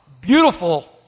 beautiful